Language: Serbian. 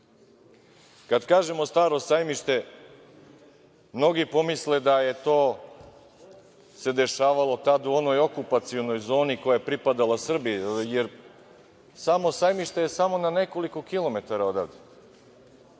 kažemo - Staro sajmište, mnogi pomisle da se to dešavalo tad u onoj okupacionoj zoni koja je pripadala Srbiji, jer samo Sajmište je samo na nekoliko kilometara odavde,